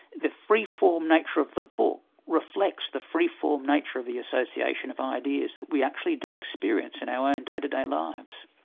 the free form nature of the book reflects the free form nature of the association of ideas that we actually do experience in our own and day-to-day lives.